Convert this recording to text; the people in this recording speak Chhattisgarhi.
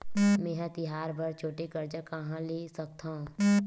मेंहा तिहार बर छोटे कर्जा कहाँ ले सकथव?